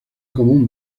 común